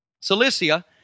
Cilicia